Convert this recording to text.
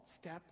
step